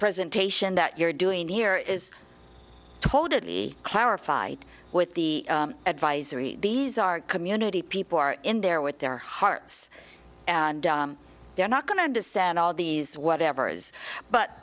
presentation that you're doing here is totally clarified with the advisory these are community people are in there with their hearts and they're not going to understand all these whatevers but